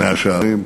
מאה-שערים.